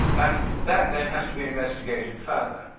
and that then has to be investigated further.